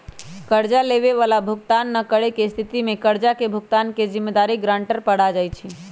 कर्जा लेबए बला भुगतान न करेके स्थिति में कर्जा के भुगतान के जिम्मेदारी गरांटर पर आ जाइ छइ